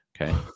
Okay